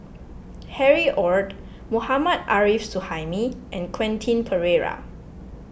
Harry Ord Mohammad Arif Suhaimi and Quentin Pereira